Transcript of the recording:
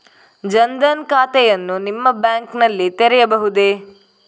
ಜನ ದನ್ ಖಾತೆಯನ್ನು ನಿಮ್ಮ ಬ್ಯಾಂಕ್ ನಲ್ಲಿ ತೆರೆಯಬಹುದೇ?